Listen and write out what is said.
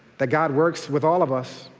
that god works with all of us,